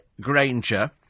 Granger